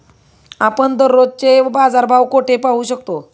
आपण दररोजचे बाजारभाव कोठे पाहू शकतो?